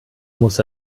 muss